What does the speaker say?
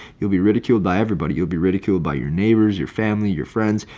you'll be ridiculed by everybody. you'll be ridiculed by your neighbors, your family, your friends,